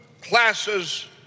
classes